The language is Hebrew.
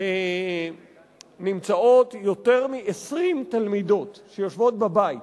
יותר מ-20 תלמידות שיושבות בבית